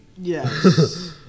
Yes